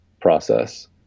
process